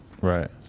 Right